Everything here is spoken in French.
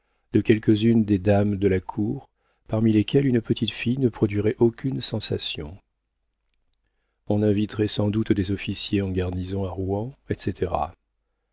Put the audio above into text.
de quelques-unes des dames de la cour parmi lesquelles une petite fille ne produirait aucune sensation on inviterait sans doute des officiers en garnison à rouen etc